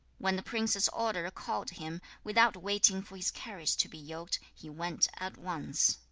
when the prince's order called him, without waiting for his carriage to be yoked, he went at once.